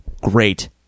great